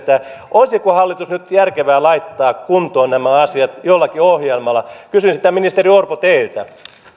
olisiko hallitus nyt järkevää laittaa kuntoon nämä asiat jollakin ohjelmalla kysyn sitä ministeri orpo teiltä